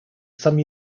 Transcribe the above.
some